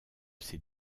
ses